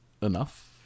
enough